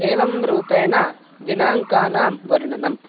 एवं रूपेण दिनाङ्कानां वर्णनम्